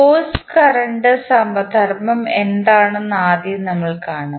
force current സമധർമ്മം എന്താണെന്ന് ആദ്യം നമ്മൾ കാണും